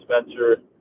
Spencer